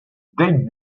deuit